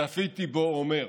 צפיתי בו אומר: